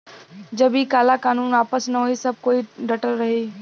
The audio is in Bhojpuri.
जब इ काला कानून वापस न होई सब कोई डटल रही